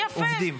יפה,